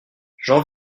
j’en